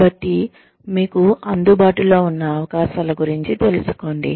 కాబట్టి మీకు అందుబాటులో ఉన్న అవకాశాల గురించి తెలుసుకోండి